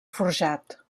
forjat